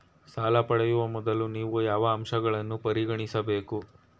ಸಾಲ ಪಡೆಯುವ ಮೊದಲು ನೀವು ಯಾವ ಅಂಶಗಳನ್ನು ಪರಿಗಣಿಸಬೇಕು?